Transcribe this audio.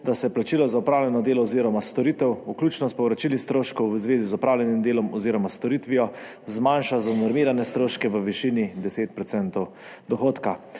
da se plačilo za opravljeno delo oziroma storitev, vključno s povračili stroškov v zvezi z opravljenim delom oziroma storitvijo, zmanjša za normirane stroške v višini 10 % dohodka.